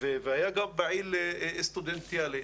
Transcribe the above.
היה פעיל סטודנטיאלי,